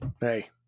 Hey